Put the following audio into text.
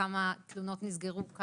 כמה תלונות נסגרו?